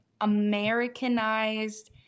Americanized